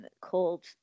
called